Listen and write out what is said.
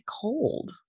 cold